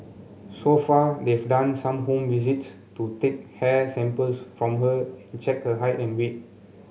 so far they've done some home visits to take hair samples from her and check her height and weight